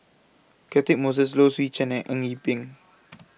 Catchick Moses Low Swee Chen and Eng Yee Peng